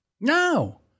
No